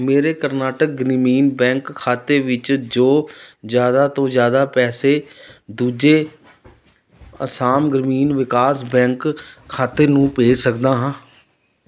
ਮੇਰੇ ਕਰਨਾਟਕ ਗ੍ਰਮੀਣ ਬੈਂਕ ਖਾਤੇ ਵਿੱਚ ਜੋ ਜ਼ਿਆਦਾ ਤੋਂ ਜ਼ਿਆਦਾ ਪੈਸੇ ਦੂਜੇ ਅਸਾਮ ਗ੍ਰਾਮੀਣ ਵਿਕਾਸ ਬੈਂਕ ਖਾਤੇ ਨੂੰ ਭੇਜ ਸਕਦਾ ਹਾਂ